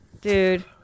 Dude